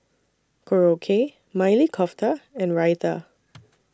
Korokke Maili Kofta and Raita